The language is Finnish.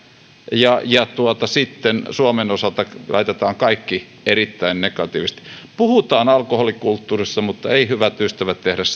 ja ja sitten suomen osalta laitetaan kaikki erittäin negatiivisesti puhutaan alkoholikulttuurista mutta ei hyvät ystävät tehdä